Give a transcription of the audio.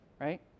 right